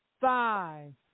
Five